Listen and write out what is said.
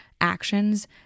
actions